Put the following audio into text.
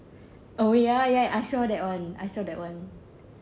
oh ya ya I saw that one I saw that one